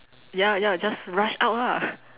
ya ya just rush out lah